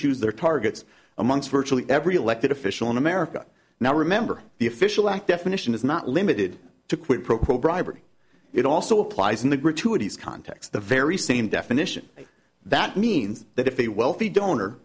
choose their targets amongst virtually every elected official in america now remember the official act definition is not limited to quid pro quo bribery it also applies in the gratuities context the very same definition that means that if a wealthy donor